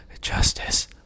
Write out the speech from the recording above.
Justice